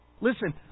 Listen